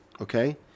Okay